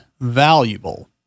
valuable